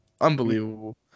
unbelievable